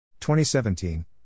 2017